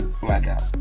Blackout